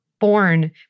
born